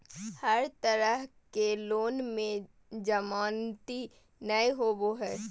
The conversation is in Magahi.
हर तरह के लोन में जमानती नय होबो हइ